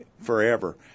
forever